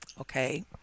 okay